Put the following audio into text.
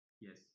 Yes